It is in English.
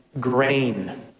grain